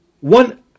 One